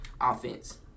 offense